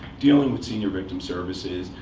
dealing with senior victim services.